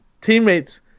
teammates